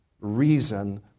reason